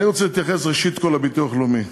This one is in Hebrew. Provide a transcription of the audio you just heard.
אני רוצה להתייחס, ראשית כול, לביטוח הלאומי.